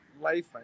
life